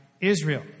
Israel